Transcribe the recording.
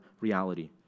reality